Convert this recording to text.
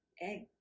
egg